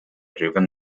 driven